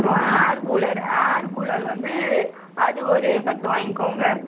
அப்புறம் air cooler air cooler வந்து அது ஒரு பத்து வாங்கிக்கோங்க